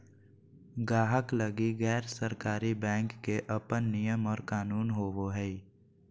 गाहक लगी गैर सरकारी बैंक के अपन नियम और कानून होवो हय